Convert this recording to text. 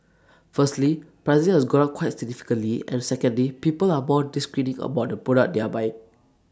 firstly pricing has gone up quite significantly and secondly people are more discerning about the product they are buying